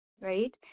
right